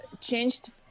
changed